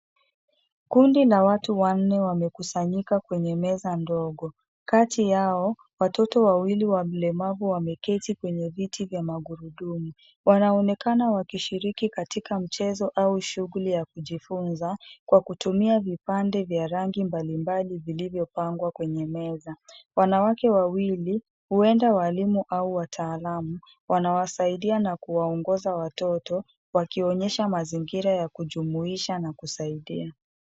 Kundi la watu wanne wamekusanyika kwenye meza ndogo. Kati yao, watoto wawili wa mlemavu wameketi kwenye viti vya magurudumu. Wanaonekana wakishiriki katika mchezo au shughuli ya kujifunza, kwa kutumia vipande vya rangi mbalimbali vilivyopangwa kwenye meza. Wanawake wawili, huenda walimu au wataalamu, wanawasaidia na kuwaongoza watoto, wakionyesha mazingira ya kujumuisha na kusaidia.